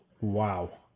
Wow